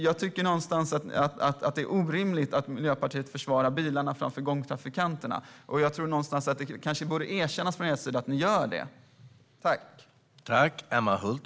Jag tycker någonstans att det är orimligt att Miljöpartiet försvarar bilarna framför gångtrafikanterna. Det kanske borde erkännas från er sida att ni gör det.